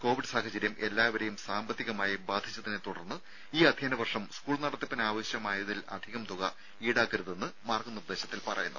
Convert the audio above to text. Covid സാഹചര്യം എല്ലാവരെയും സാമ്പത്തികമായി ബാധിച്ചതിനെത്തുടർന്ന് ഈ അധ്യയന വർഷം സ്കൂൾ നടത്തിപ്പിന് ആവശ്യമായതിലധികം തുക ഈടാക്കരുതെന്ന് മാർഗ്ഗ നിർദ്ദേശത്തിൽ പറയുന്നു